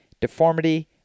deformity